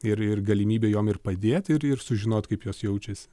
ir ir galimybė jom ir padėt ir ir sužinot kaip jos jaučiasi